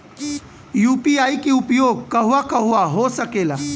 UPI के उपयोग कहवा कहवा हो सकेला?